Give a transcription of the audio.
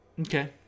Okay